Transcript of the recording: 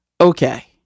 okay